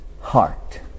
heart